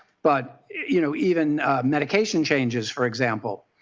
but you know even medication changes, for example,